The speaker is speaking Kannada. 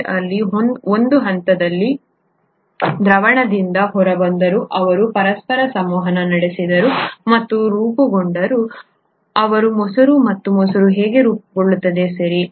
pH ನಲ್ಲಿ ಒಂದು ಹಂತದಲ್ಲಿ ಅವರು ದ್ರಾವಣದಿಂದ ಹೊರಬಂದರು ಅವರು ಪರಸ್ಪರ ಸಂವಹನ ನಡೆಸಿದರು ಮತ್ತು ರೂಪುಗೊಂಡರು ಅವರು ಮೊಸರು ಮತ್ತು ಮೊಸರು ಹೇಗೆ ರೂಪುಗೊಳ್ಳುತ್ತದೆ ಸರಿ